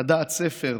לדעת ספר,